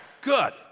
Good